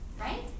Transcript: right